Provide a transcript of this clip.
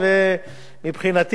ומבחינתי,